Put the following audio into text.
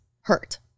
hurt